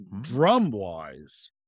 drum-wise